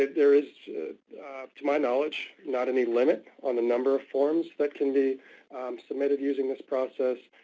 and there is to my knowledge not any limit on the number of forms that can be submitted using this process.